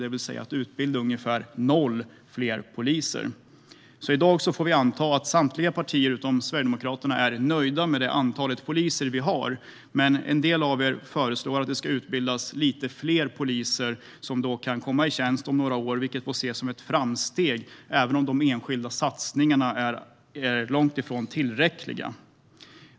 Man utbildade alltså ungefär noll fler poliser. I dag får vi därför anta att samtliga partier förutom Sverigedemokraterna är nöjda med det antal poliser vi har. En del av de andra partierna föreslår dock att det ska utbildas lite fler poliser, som alltså kan komma i tjänst om några år. Det får ses som ett framsteg även om de enskilda satsningarna är långt ifrån tillräckliga.